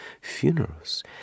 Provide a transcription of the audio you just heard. funerals